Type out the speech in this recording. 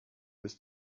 ist